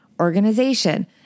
organization